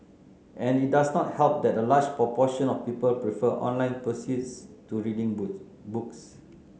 and it does not help that a large proportion of people prefer online pursuits to reading boot books